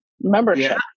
membership